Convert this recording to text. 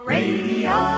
Radio